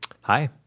hi